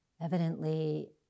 evidently